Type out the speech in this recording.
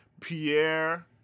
Pierre